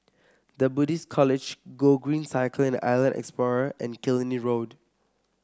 The Buddhist College Gogreen Cycle and Island Explorer and Killiney Road